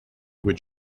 would